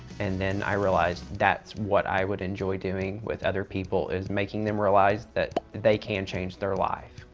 and then i realized that's what i would enjoy doing with other people, is making them realize that they can change their life.